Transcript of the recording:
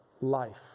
life